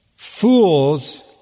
Fools